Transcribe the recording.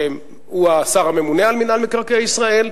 שהוא השר הממונה על מינהל מקרקעי ישראל,